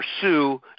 pursue